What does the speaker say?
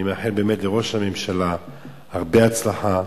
אני מאחל באמת לראש הממשלה הרבה הצלחה,